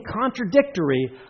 contradictory